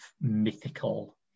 mythical